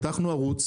פתחנו ערוץ